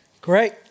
Great